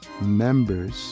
members